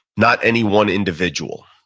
not any one individual.